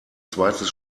zweites